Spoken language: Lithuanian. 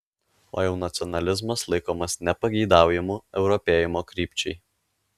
o jau nacionalizmas laikomas nepageidaujamu europėjimo krypčiai